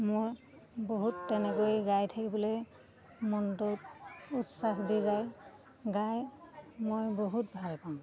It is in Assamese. মোৰ বহুত তেনেকৈ গাই থাকিবলৈ মনটোত উৎসাহ দি যায় গাই মই বহুত ভাল পাওঁ